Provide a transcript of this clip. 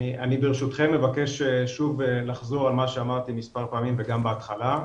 אני ברשותכם מבקש שוב לחזור על מה שאמרתי מס' פעמים וגם בהתחלה.